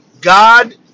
God